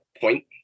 point